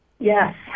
Yes